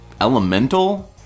elemental